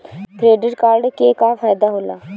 Credit card के का फायदा होला?